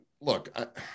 Look